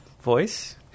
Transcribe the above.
voice